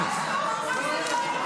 אם השר --- אתה